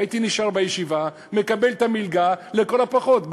הייתי נשאר בישיבה ומקבל את המלגה לכל הפחות.